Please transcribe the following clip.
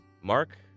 Mark